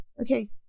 okay